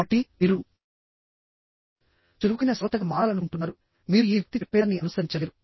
కాబట్టి మీరు చురుకైన శ్రోతగా మారాలనుకుంటున్నారుమీరు ఈ వ్యక్తి చెప్పేదాన్ని అనుసరించలేరు